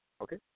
Okay